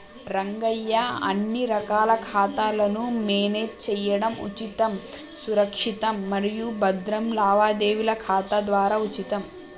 రంగయ్య అన్ని రకాల ఖాతాలను మేనేజ్ చేయడం ఉచితం సురక్షితం మరియు భద్రం లావాదేవీల ఖాతా ద్వారా ఉచితం